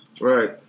Right